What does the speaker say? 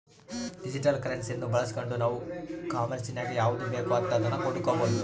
digital ಕರೆನ್ಸಿಯನ್ನ ಬಳಸ್ಗಂಡು ನಾವು ಈ ಕಾಂಮೆರ್ಸಿನಗ ಯಾವುದು ಬೇಕೋ ಅಂತದನ್ನ ಕೊಂಡಕಬೊದು